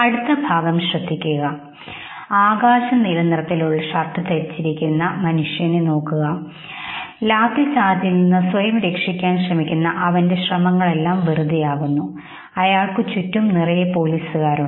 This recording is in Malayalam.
അടുത്ത ഭാഗം നോക്കുക ആകാശ നീല നിറത്തിലുള്ള ഷർട്ട് ധരിച്ചിരിക്കുന്ന ഈ മനുഷ്യനെ നോക്കൂ ലാത്തി ചാർജിൽ നിന്ന് സ്വയം രക്ഷിക്കാൻ ശ്രമിക്കുന്ന അവന്റെ ശ്രമങ്ങളെല്ലാം വെറുതെയാകുന്നു അയാൾക്ക് ചുറ്റും പോലീസുകാർ ഉണ്ട്